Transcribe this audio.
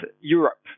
Europe